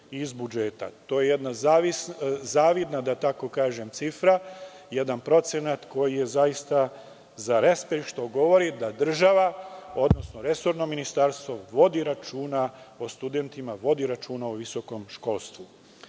To je jedna zavidna cifra, jedan procenat koji je zaista za respekt, što govori da država, odnosno resorno ministarstvo vodi računa o studentima, vodi računa o visokom školstvu. Tri